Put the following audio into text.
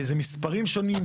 אלו מספרים שונים,